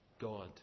God